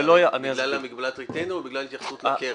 בגלל מגבלת ריטיינר או בגלל התייחסות לקרן?